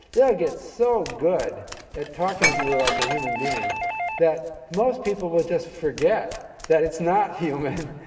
they'll get so good at talking to you like a human being that most people will just forget that it's not human.